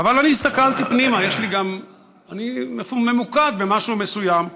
אבל אני הסתכלתי פנימה, אני ממוקד במשהו מסוים,